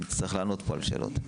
אם תצטרך לענות על שאלות.